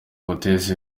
guteza